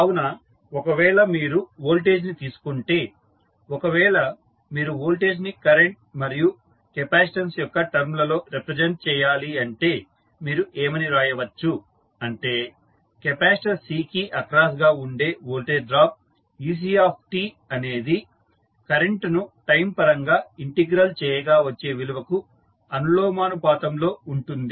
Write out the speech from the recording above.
కావున ఒకవేళ మీరు వోల్టేజ్ ని తీసుకుంటే ఒకవేళ మీరు వోల్టేజ్ ని కరెంటు మరియు కెపాసిటన్స్ యొక్క టర్మ్ లలో రిప్రజెంట్ చేయాలి అంటే మీరు ఏమని రాయవచ్చు అంటే కెపాసిటర్ C కి అక్రాస్ గా ఉండే వోల్టేజ్ డ్రాప్ ect అనేది కరెంటును టైం పరంగా ఇంటెగ్రల్ చేయగా వచ్చే విలువకు అనులోమానుపాతం లో ఉంటుంది